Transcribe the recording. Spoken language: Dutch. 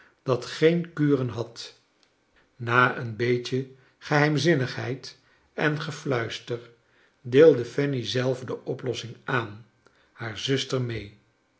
dat geen kuren had na een beetje geheimzinnigheid en gefluister deelde fanny zelve de oplossing aan haar zuster mee